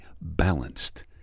balanced